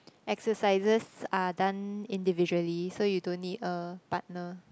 exercises are done individually so you don't need a partner